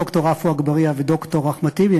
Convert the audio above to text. ד"ר עפו אגבאריה וד"ר אחמד טיבי,